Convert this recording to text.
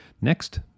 Next